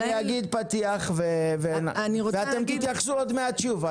אני אגיד פתיח ואתם תתייחסו עוד מעט שוב.